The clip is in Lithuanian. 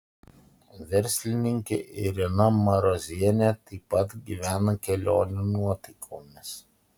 verslininkė irena marozienė taip pat gyvena kelionių nuotaikomis